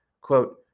Quote